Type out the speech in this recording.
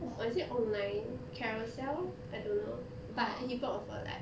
or is it online carousell I don't know but he bought it for like